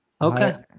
Okay